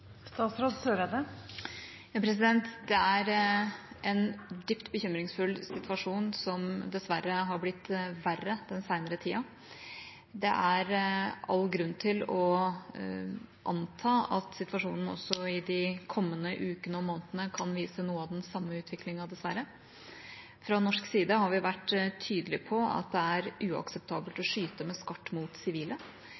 Det er en dypt bekymringsfull situasjon, som dessverre har blitt verre den seinere tida. Det er all grunn til å anta at situasjonen også i de kommende ukene og månedene kan vise noe av den samme utviklingen, dessverre. Fra norsk side har vi vært tydelig på at det er uakseptabelt å